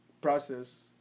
process